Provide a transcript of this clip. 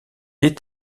est